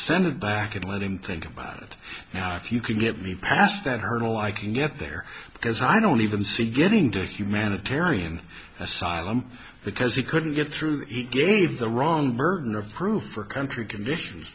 send it back and let him think about if you can get me past that hurdle i can get there because i don't even see getting to a humanitarian asylum because he couldn't get through it gave the wrong burden of proof for country conditions